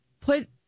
put